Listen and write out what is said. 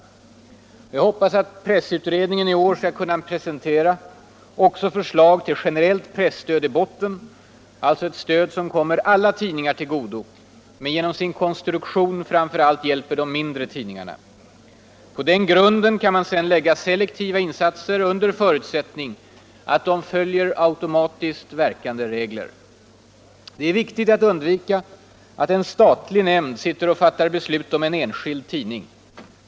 Och jag hoppas att pressutredningen i år skall kunna presentera också förslag till generellt presstöd i botten, alltså ett stöd som kommer alla tidningar till godo men genom sin konstruktion framför allt hjälper de mindre tidningarna. På den grunden kan man sedan lägga selektiva insatser under förutsättning att de följer automatiskt verkande regler. Det är viktigt att undvika att en statlig nämnd sitter och fattar beslut om en enskild tidning.